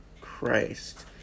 Christ